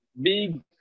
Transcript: big